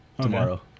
tomorrow